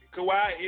Kawhi